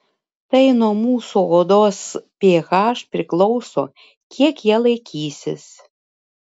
tai nuo mūsų odos ph priklauso kiek jie laikysis